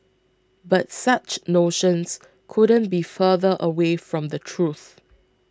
but such notions couldn't be further away from the truth